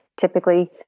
typically